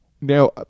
Now